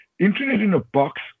Internet-in-a-box